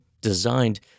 designed